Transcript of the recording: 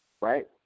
Right